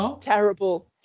terrible